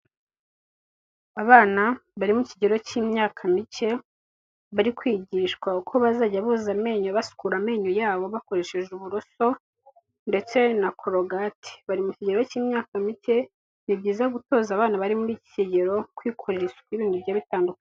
Abana bari mu kigero cy'imyaka mike bari kwigishwa uko bazajya boza amenyo basukura amenyo yabo bakoresheje uburoso ndetse na korogati. Bari mu kigero cy'imyaka mike ni byiza gutoza abana bari muri iki kigero kwikorera ibintu bigiye bitandukanye.